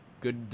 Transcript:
good